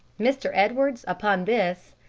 mr. edwards, upon this,